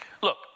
Look